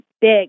big